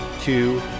Two